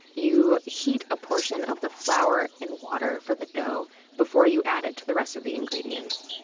you heat a portion of the flour in water for the dough before you add it to the rest of the ingredients.